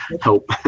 help